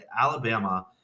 Alabama